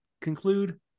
conclude